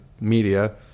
media